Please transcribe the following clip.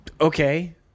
Okay